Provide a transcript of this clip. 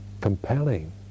compelling